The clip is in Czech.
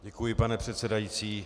Děkuji, pane předsedající.